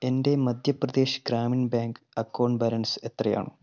എൻ്റെ Madhya Pradesh Gramin bank account balance എത്രയാണ്